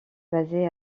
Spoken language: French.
basé